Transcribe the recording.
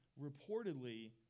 reportedly